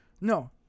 No